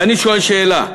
ואני שואל שאלה: